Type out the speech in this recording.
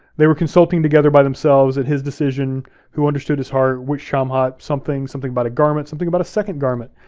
they were consulting together by themselves at his decision who understood his heart, which shamhat, something, something about a garment, something about a second garment.